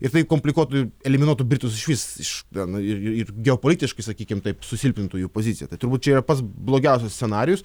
ir tai komplikuotų eliminuotų britus išvis iš ten ir ir geopolitiškai sakykim taip susilpnintų jų poziciją tai turbūt čia yra pats blogiausias scenarijus